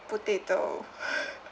potato